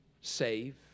save